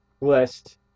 list